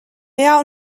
mehr